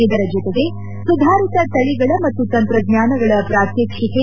ಇದರ ಜೊತೆಗೆ ಸುಧಾರಿತ ತಳಿಗಳ ಮತ್ತು ತಂತ್ರಜ್ವಾನಗಳ ಪ್ರಾತ್ಹಾಕ್ಷಿಕೆ